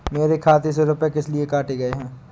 मेरे खाते से रुपय किस लिए काटे गए हैं?